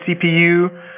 CPU